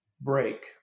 Break